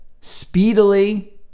speedily